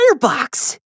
firebox